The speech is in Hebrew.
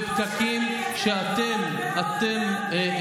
בפקקים ששרת התחבורה שלכם,